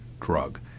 drug